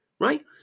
right